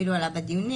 אפילו עלה בדיונים,